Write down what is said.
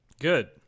Good